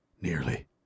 Nearly